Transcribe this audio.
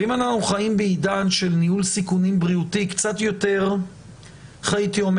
ואם אנחנו חיים בעידן של ניהול סיכונים בריאותי הייתי אומר